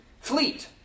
fleet